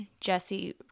Jesse